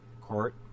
court